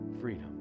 freedom